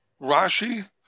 Rashi